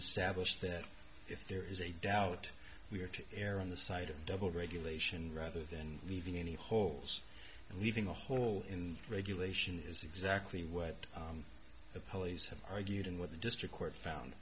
established that if there is a doubt we are to err on the side of double regulation rather than leaving any holes and leaving a hole in regulation is exactly what the police have argued and what the district court found